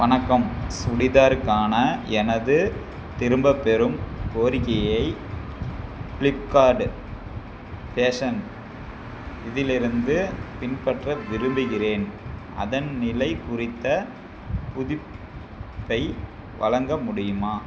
வணக்கம் சுடிதாருக்கான எனது திரும்பப் பெறும் கோரிக்கையை ப்ளிப்கார்டு ஃபேஷன் இதிலிருந்து பின்பற்ற விரும்புகிறேன் அதன் நிலைக் குறித்த புதுப்பிப்பை வழங்க முடியுமா